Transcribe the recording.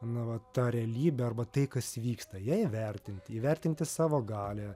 na va tą realybę arba tai kas vyksta jei vertinti įvertinti savo galią